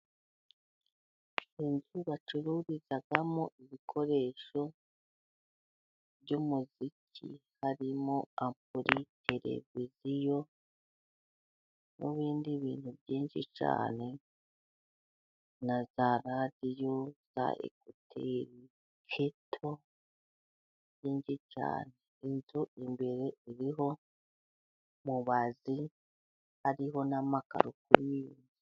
Inzu bacururizamo ibikoresho by'umuziki, harimo ampuri, tereviziyo, n'ibindi bintu byinshi cyane, na za radiyo, za regiteri, keto, n'ibindi byinshi cyane. Inzu imbere iriho mubazi, hariho n'amakaro kuri...